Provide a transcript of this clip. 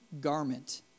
garment